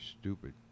stupid